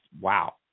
wow